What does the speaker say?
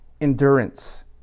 endurance